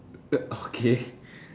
uh okay